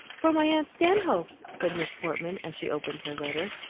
from my aunt stanhope, said miss portman, as she opened her letter.